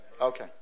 Okay